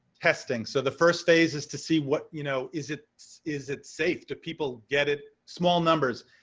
testing. so the first phase is to see what you know, is it is it safe? do people get it small numbers?